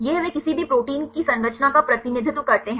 यह वे किसी भी प्रोटीन की संरचना का प्रतिनिधित्व करते हैं